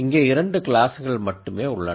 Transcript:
இங்கே இரண்டு கிளாஸ்கள் மட்டுமே உள்ளன